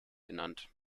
genannt